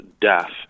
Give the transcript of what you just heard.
death